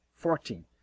Fourteen